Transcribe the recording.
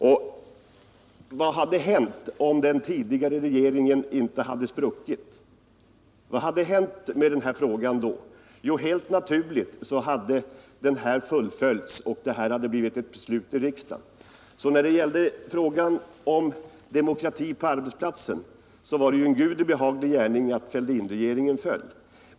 Vad hade hänt med den här frågan, om den tidigare regeringen inte hade spruckit? Jo, helt naturligt hade förslaget fullföljts och lett till beslut i riksdagen. När det gäller frågan om demokrati på arbetsplatsen var det alltså en Gudi behaglig gärning att Fälldinregeringen föll.